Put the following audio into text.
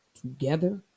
together